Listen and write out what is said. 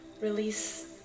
release